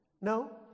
No